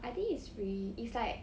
I think it's free it's like